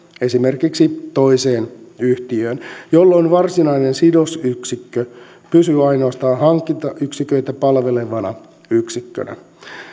esimerkiksi toiseen yhtiöön jolloin varsinainen sidosyksikkö pysyy ainoastaan hankintayksiköitä palvelevana yksikkönä